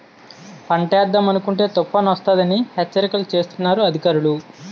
పంటేద్దామనుకుంటే తుపానొస్తదని హెచ్చరికలు సేస్తన్నారు అధికారులు